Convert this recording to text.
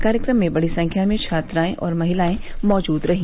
कार्यक्रम में बड़ी संख्या में छात्राएं और महिलायें मौजूद रहीं